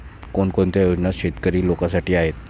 कोणकोणत्या योजना शेतकरी लोकांसाठी आहेत?